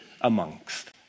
amongst